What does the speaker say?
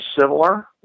similar